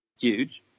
huge